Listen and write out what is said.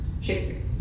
Shakespeare